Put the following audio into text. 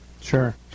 Sure